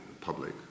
public